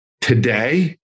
Today